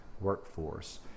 workforce